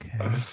Okay